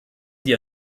die